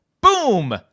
boom